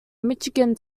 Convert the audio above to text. michigan